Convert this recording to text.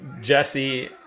Jesse